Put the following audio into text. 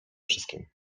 wszystkim